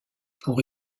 pour